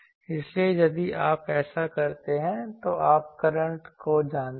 इसलिए यदि आप ऐसा करते हैं तो आप करंट को जानते हैं